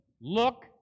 look